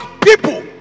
people